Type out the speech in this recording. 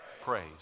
Praise